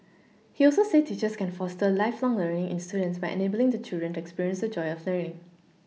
he also said teachers can foster lifelong learning in students by enabling the children to experience the joy of learning